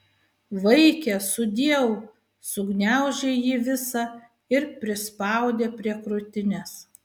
vaike sudieu sugniaužė jį visą ir prispaudė prie krūtinės